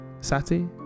Sati